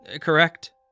correct